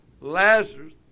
Lazarus